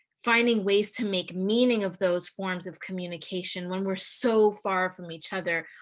finding ways to make meaning of those forms of communication when we're so far from each other.